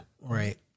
right